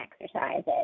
exercises